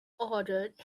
ordered